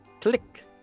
click